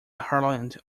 harland